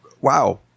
Wow